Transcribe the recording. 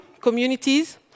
communities